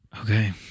Okay